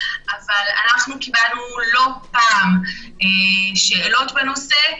אבל אנחנו קיבלנו לא פעם שאלות בנושא,